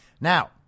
Now